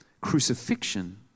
crucifixion